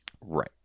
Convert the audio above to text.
Right